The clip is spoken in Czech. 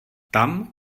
tam